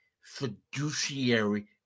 fiduciary